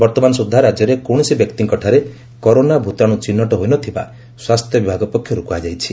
ବର୍ତ୍ତମାନ ସୁଦ୍ଧା ରାଜ୍ୟରେ କୌଣସି ବ୍ୟକ୍ତିଙ୍କଠାରେ କରୋନା ଭୂତାଣୁ ଚିହ୍ନଟ ହୋଇନଥିବା ସ୍ୱାସ୍ଥ୍ୟ ବିଭାଗ ପକ୍ଷରୁ କୁହାଯାଇଛି